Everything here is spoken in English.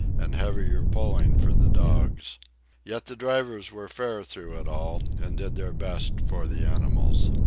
and heavier pulling for the dogs yet the drivers were fair through it all, and did their best for the animals.